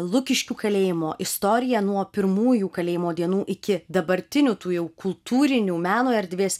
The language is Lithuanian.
lukiškių kalėjimo istoriją nuo pirmųjų kalėjimo dienų iki dabartinių tų jau kultūrinių meno erdvės